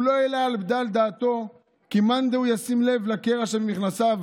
הוא לא העלה על דעתו כי מאן דהוא ישים ליבו לקרע שבמכנסיו,